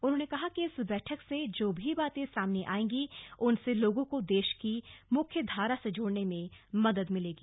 उन्होंने कहा कि इस बैठक से जो भी बातें सामने आएंगी उनसे लोगों को देश की मुख्य धारा से जोड़ने में मदद मिलेगी